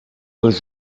was